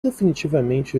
definitivamente